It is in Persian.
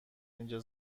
اینجا